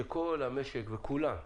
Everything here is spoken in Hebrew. שכל המשק וכולם,